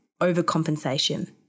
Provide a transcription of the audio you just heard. overcompensation